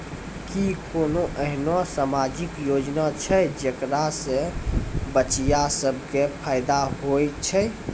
कि कोनो एहनो समाजिक योजना छै जेकरा से बचिया सभ के फायदा होय छै?